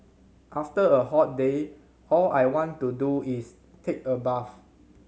after a hot day all I want to do is take a bath